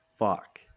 fuck